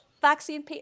vaccine